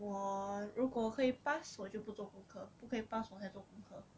我如果会 pass 我就不做功课不可以 pass 我才做功课